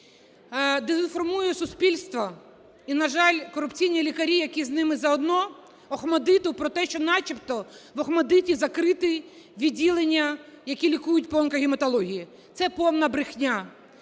дезінформує суспільство, і на жаль, корупційні лікарі, які з ними заодно, "ОХМАТДИТу" про те, що начебто в "ОХМАТДИТі" закриті відділення, які лікують по онкогематології. Це повна брехня.